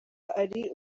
ari